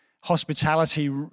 hospitality